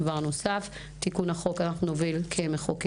דבר נוסף תיקון החוק שאנחנו נוביל כמחוקקים,